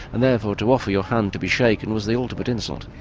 and therefore to offer your hand to be shaken was the ultimate insult.